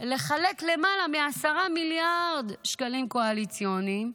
לחלק למעלה מ-10 מיליארד שקלים קואליציוניים,